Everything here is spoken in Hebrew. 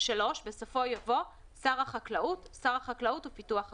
2002‏;"; (3)בסופו יבוא: ""שר החקלאות" שר החקלאות ופיתוח הכפר."